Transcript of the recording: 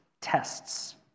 tests